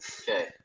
okay